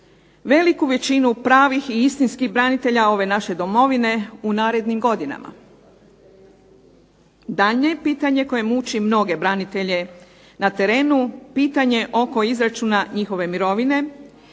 veliku većinu pravih i istinskih branitelja ove naše domovine u narednim godinama? Daljnje je pitanje, koje muči mnoge branitelje na terenu, pitanje oko izračuna njihove mirovine